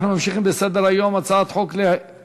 רבותי, אנחנו ממשיכים בסדר-היום: הצעת חוק לחלוקת,